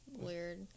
Weird